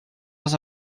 dans